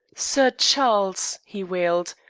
sir charles! he wailed.